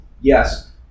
yes